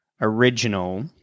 original